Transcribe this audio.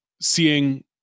seeing